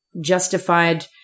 justified